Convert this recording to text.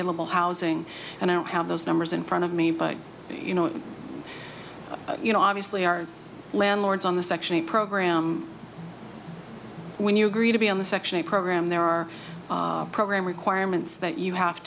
e housing and out how those numbers in front of me but you know you know obviously our landlords on the section eight program when you agreed to be on the section eight program there are program requirements that you have